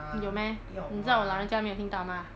你有 meh 你知道我老人家没有听到吗